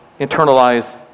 internalize